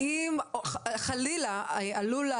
האם חלילה עלולה